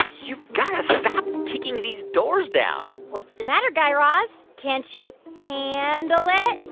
you've got to stop kicking these doors down what's the matter, guy raz? can't you handle it?